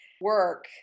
work